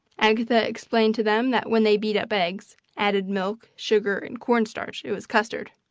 agatha explained to them that when they beat up eggs, added milk, sugar, and corn-starch it was custard.